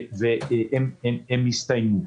הן הסתיימו.